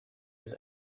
his